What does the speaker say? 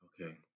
Okay